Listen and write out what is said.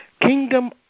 kingdom